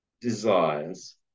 desires